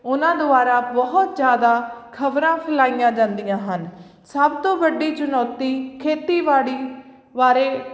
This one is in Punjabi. ਉਹਨਾਂ ਦੁਆਰਾ ਬਹੁਤ ਜ਼ਿਆਦਾ ਖਬਰਾਂ ਫੈਲਾਈਆਂ ਜਾਂਦੀਆਂ ਹਨ ਸਭ ਤੋਂ ਵੱਡੀ ਚੁਣੌਤੀ ਖੇਤੀਬਾੜੀ ਬਾਰੇ